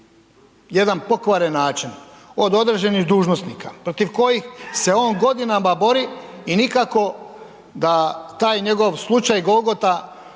jedan pokvaren način od određenih dužnosnika protiv kojih se on godinama bori i nikako da taj njegov slučaj Golgota